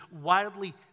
wildly